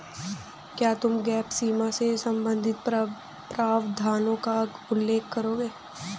क्या तुम गैप सीमा से संबंधित प्रावधानों का उल्लेख करोगे?